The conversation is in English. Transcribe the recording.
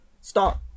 start